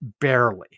barely